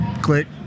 Click